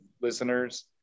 listeners